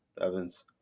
Evans